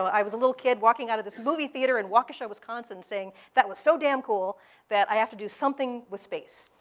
i was a little kid walking out of this movie theater in waukesha, wisconsin, saying, that was so damn cool that i have to do something with space.